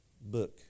book